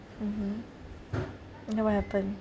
mmhmm and then what happened